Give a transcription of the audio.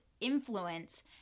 influence